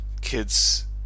kids